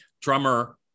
drummer